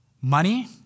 money